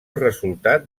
resultat